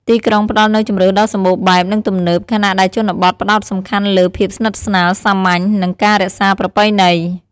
ទីក្រុងផ្ដល់នូវជម្រើសដ៏សម្បូរបែប និងទំនើប ខណៈដែលជនបទផ្ដោតសំខាន់លើភាពស្និទ្ធស្នាល សាមញ្ញ និងការរក្សាប្រពៃណី ។